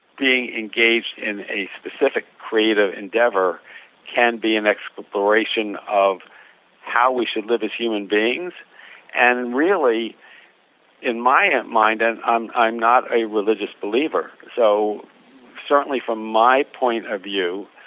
being engaged in a specific creative endeavor can be an exploration of how we should live as human beings and really in my um mind and i'm i'm not a religious believer so certainly from my point of view